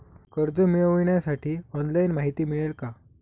कर्ज मिळविण्यासाठी ऑनलाइन माहिती मिळेल का?